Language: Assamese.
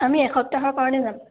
আমি এসপ্তাহৰ কাৰণে যাম